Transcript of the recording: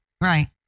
Right